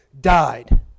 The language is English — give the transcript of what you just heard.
died